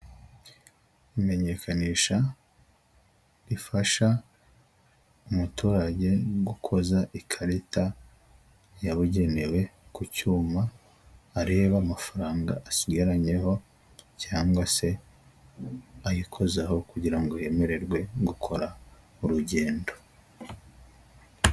Imenyekanisha rifasha umuturage gukoza ikarita yabugenewe ku cyuma, areba amafaranga asigaranyeho cyangwase ayikozeho kugira ngo yemererwe gukora urugendo.